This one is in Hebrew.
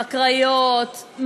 בקריות,